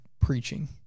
preaching